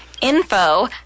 Info